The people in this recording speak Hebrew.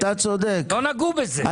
לא נגעו בזה.